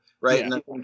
right